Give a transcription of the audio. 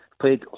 played